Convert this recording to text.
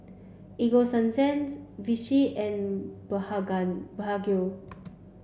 Ego Sunsense Vichy and Blephagel